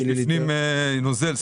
בפנים יש נוזל ספוג.